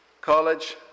College